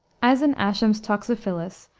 as in ascham's toxophilus,